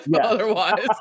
Otherwise